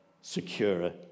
secure